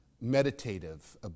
meditative